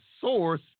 source